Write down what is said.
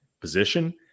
position